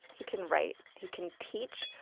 he can write, he can teach,